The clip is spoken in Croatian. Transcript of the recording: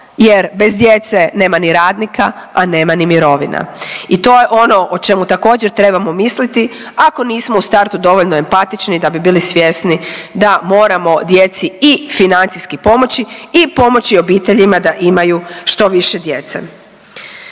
jer bez djece nema ni radnika, a nema ni mirovina i to je ono o čemu također trebamo misliti ako nismo u startu dovoljno empatični da bi bili svjesni da moramo djeci i financijski pomoći i pomoći obiteljima da imaju što više djece.